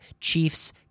Chiefs